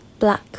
Black